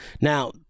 Now